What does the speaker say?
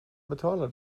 betalar